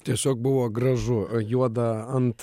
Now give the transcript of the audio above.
tiesiog buvo gražu juoda ant